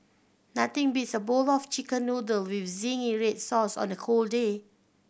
nothing beats a bowl of Chicken Noodle with zingy red sauce on a cold day